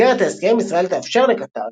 במסגרת ההסכם, ישראל תאפשר לקטר